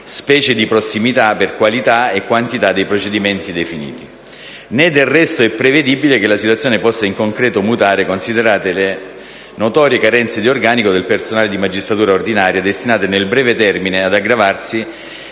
specie di prossimità, per qualità e quantità dei procedimenti definiti.